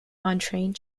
untrained